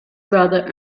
brother